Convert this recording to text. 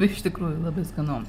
iš tikrųjų labai skanu